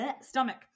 stomach